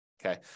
Okay